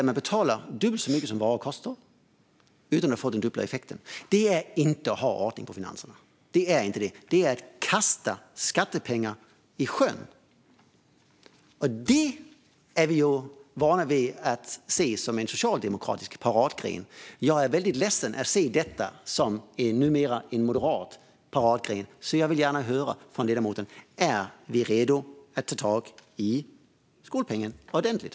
Man betalar alltså dubbelt så mycket som det kostar utan att få dubbla effekten. Det är inte att ha ordning på finanserna, utan det är att kasta skattepengar i sjön. Detta är vi vana vid att se som en socialdemokratisk paradgren. Jag är väldigt ledsen att numera se detta som en moderat paradgren. Jag vill gärna höra från ledamoten: Är vi redo att ta tag i skolpengen ordentligt?